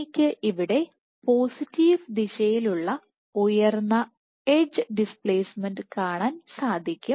എനിക്ക് അവിടെ പോസിറ്റീവ് ദിശയിലുള്ള ഉയർന്ന എഡ്ജ് ഡിസ്പ്ലേസ്മെൻറ് കാണാൻ സാധിക്കും